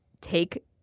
take